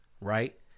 right